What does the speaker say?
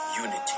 unity